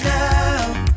now